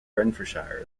renfrewshire